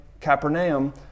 Capernaum